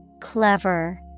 Clever